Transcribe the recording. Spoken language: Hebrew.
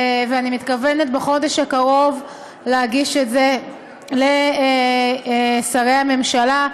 ואני מתכוונת בחודש הקרוב להגיש את זה לשרי הממשלה,